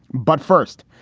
but first,